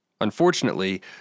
Unfortunately